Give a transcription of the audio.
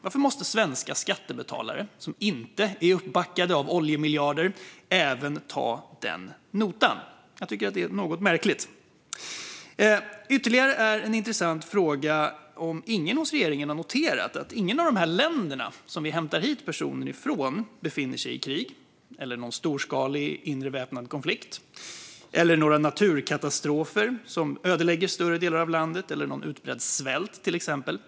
Varför måste svenska skattebetalare, som inte är uppbackade av oljemiljarder, ta även den notan? Jag tycker att detta är något märkligt. Ytterligare en intressant fråga är om ingen hos regeringen noterat att inget av dessa länder, som vi hämtar hit personer ifrån, befinner sig i krig eller har någon storskalig inre väpnad konflikt, några naturkatastrofer som ödelägger större delar av landet eller någon utbredd svält.